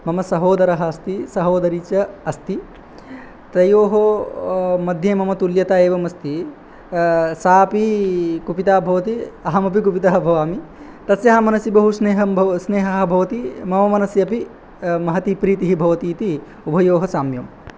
मम सहोदरः अस्ति सहोदरी च अस्ति तयोः मध्ये मम तु्यता एवम् अस्ति सापि कुपिता भवति अहमपि कुपितः भवामि तस्याः मनसि बहु स्नेहं भव् स्नेहः भवति मम मनसि अपि महती प्रीतिः भवति इति उभयोः साम्यं